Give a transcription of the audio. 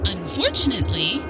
Unfortunately